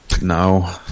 No